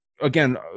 again